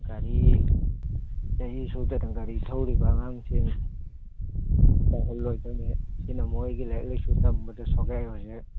ꯒꯥꯔꯤ ꯆꯍꯤ ꯁꯨꯗꯅ ꯒꯥꯔꯤ ꯊꯧꯔꯤꯕ ꯑꯉꯥꯡꯁꯤꯡ ꯁꯤ ꯇꯧꯍꯜꯂꯣꯏꯗꯃꯤ ꯁꯤꯅ ꯃꯣꯏꯒꯤ ꯂꯥꯏꯔꯤꯛ ꯂꯥꯏꯁꯨ ꯇꯝꯕꯗ ꯁꯣꯛꯒꯦ ꯍꯧꯖꯤꯛ